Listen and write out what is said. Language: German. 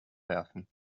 werfen